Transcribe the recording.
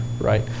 right